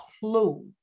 clue